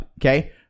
okay